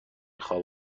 خواب